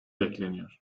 bekleniyor